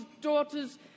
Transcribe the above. daughters